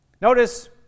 Notice